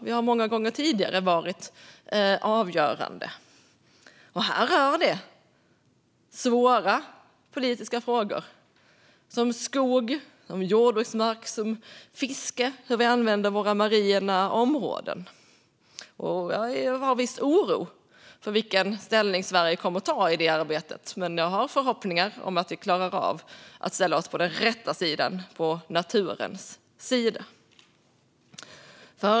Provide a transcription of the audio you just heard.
Vi har många gånger tidigare varit avgörande, och här rör det svåra politiska frågor som skog, jordbruksmark, fiske och hur vi använder våra marina områden. Jag känner en viss oro för vilken ställning Sverige kommer att ta i det arbetet, men jag har förhoppningar om att vi klarar av att ställa oss på den rätta sidan, på naturens sida.